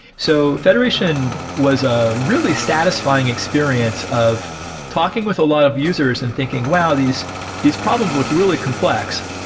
so federation was a really satisfying experience of talking with a lot of users and thinking, wow! these these problems look really complex,